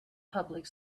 public